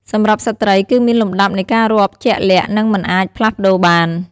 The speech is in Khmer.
សម្រាប់ ស្ត្រី គឺមានលំដាប់នៃការរាប់ជាក់លាក់ និងមិនអាចផ្លាស់ប្ដូរបាន។